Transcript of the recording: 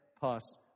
pass